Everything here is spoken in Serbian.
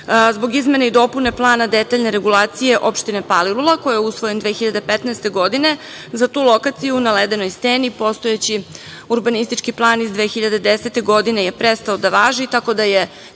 izmene i dopune Plana detaljne regulacije opštine Palilu, koji je usvojen 2015. godine, za tu lokaciju na Ledenoj steni postojeći urbanistički plan iz 2010. godine je prestao da važi, tako da je